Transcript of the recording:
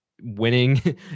winning